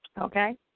okay